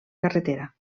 carretera